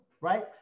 right